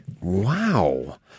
Wow